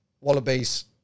Wallabies